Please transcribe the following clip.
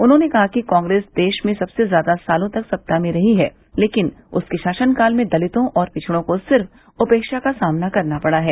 उन्होंने कहा कि कांग्रेस देश में सबसे ज्यादा सालों तक सत्ता में रही है लेकिन उसके शासनकाल में दलितों और पिछड़ों को सिर्फ उपेक्षा का सामना करना पड़ा है